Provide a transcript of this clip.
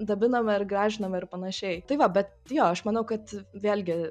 dabinome ir gražinome ir panašiai tai va bet jo aš manau kad vėlgi